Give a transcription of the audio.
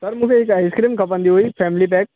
sir मूंखे हिकु ice cream खपंदी हुई फैमिली पैक